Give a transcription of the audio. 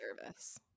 service